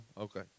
Okay